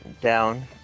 down